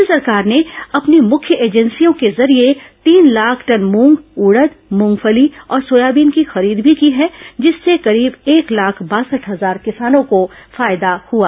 केन्द्र सरकार ने अपनी मुख्य एजेंसियों के जरिए तीन लाख टन मूंग उड़द मूंगफली और सोयाबीन की खरीद भी की है जिससे करीब एक लाख बासठ हजार किसानों को लाभ हुआ